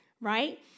right